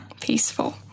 Peaceful